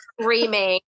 screaming